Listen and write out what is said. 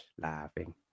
laughing